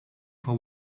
for